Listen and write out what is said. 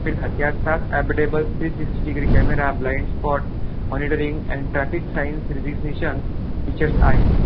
यात सात adaptable three sixty degree camera blind spot monitoring and traffic signs recognition features आहेत